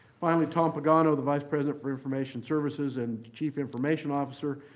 finally, tom pagano, the vice president for information services and chief information officer,